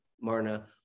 Marna